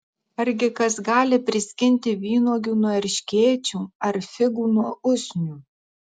argi kas gali priskinti vynuogių nuo erškėčių ar figų nuo usnių